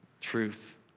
truth